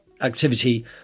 activity